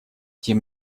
тем